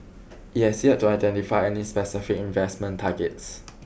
it has yet to identify any specific investment targets